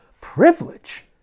privilege